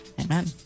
Amen